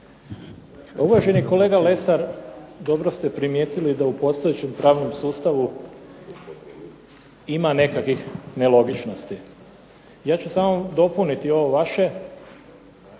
Uvaženi kolega Lesar dobro ste primijetili da u postojećem zakonskom sustavu ima nekakvih nelogičnosti, ja ću samo dopuniti ovo vaše